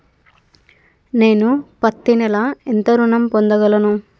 నేను పత్తి నెల ఎంత ఋణం పొందగలను?